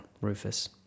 Rufus